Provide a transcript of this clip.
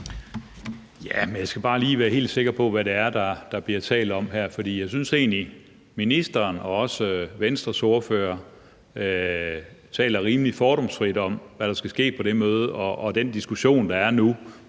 Jeg skal bare lige være helt sikker på, hvad det er, der bliver talt om her, for jeg synes egentlig, ministeren og også Venstres ordfører taler rimelig fordomsfrit om, hvad der skal ske på det møde; det gælder også